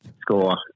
Score